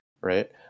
right